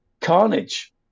carnage